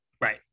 Right